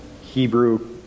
Hebrew